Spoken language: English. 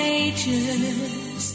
ages